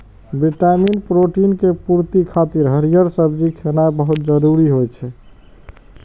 vitamin, protein के पूर्ति खातिर हरियर सब्जी खेनाय बहुत जरूरी होइ छै